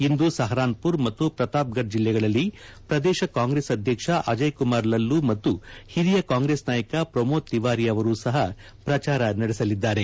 ಇಂದು ಸಹರಾನ್ಪುರ್ ಮತ್ತು ಪ್ರತಾಪ್ಫಡ್ ಜಿಲ್ಲೆಗಳಲ್ಲಿ ಪ್ರದೇಶ ಕಾಂಗ್ರೆಸ್ ಅಧ್ಯಕ್ಷ ಅಜಯ್ಕುಮಾರ್ ಲಲ್ಲೂ ಮತ್ತು ಹಿರಿಯ ಕಾಂಗ್ರೆಸ್ ನಾಯಕ ಪ್ರಮೋದ್ ತಿವಾರಿ ಅವರೂ ಸಹ ಪ್ರಚಾರ ನಡೆಸಲಿದ್ದಾರೆ